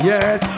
Yes